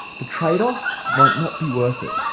the trade-off might not be worth it.